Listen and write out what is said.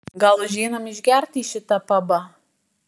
gal užeinam išgerti į šitą pabą